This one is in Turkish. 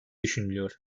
düşünülüyor